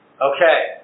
Okay